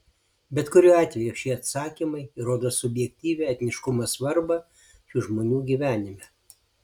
bet kuriuo atveju šie atsakymai rodo subjektyvią etniškumo svarbą šių žmonių gyvenime